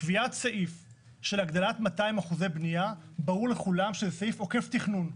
סעיף של הגדלת 200% בנייה ברור לכולם שזה סעיף עוקף תכנון,